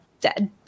dead